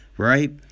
Right